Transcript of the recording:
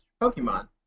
Pokemon